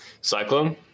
Cyclone